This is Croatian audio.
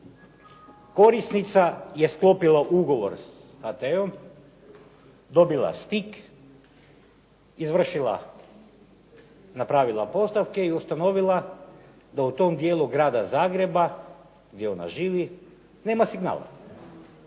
korisnica je sklopila ugovor s HT-om, dobila stick, izvršila, napravila postavke i ustanovila da u tom dijelu Grada Zagreba gdje ona živi nema signala.